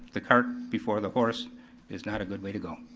the cart before the horse is not a good way to go,